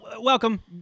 welcome